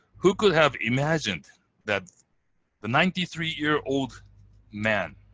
who could have imagined that the ninety three year old man,